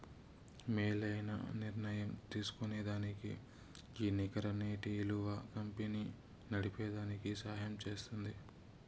మేలైన నిర్ణయం తీస్కోనేదానికి ఈ నికర నేటి ఇలువ కంపెనీ నడిపేదానికి సహయం జేస్తుంది